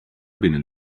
binnen